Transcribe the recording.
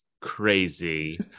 crazy